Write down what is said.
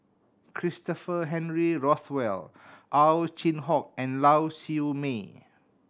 Christopher Henry Rothwell Ow Chin Hock and Lau Siew Mei